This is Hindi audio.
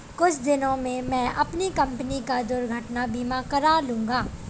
कुछ दिनों में मैं अपनी कंपनी का दुर्घटना बीमा करा लूंगा